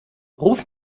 ruf